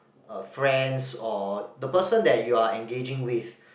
uh friends or the person that you are engaging with